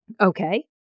Okay